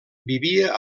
vivia